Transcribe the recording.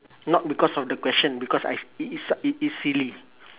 not because of the question because I it is s~ it is silly